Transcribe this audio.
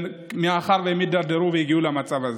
מאחר שהם הידרדרו והגיעו למצב הזה.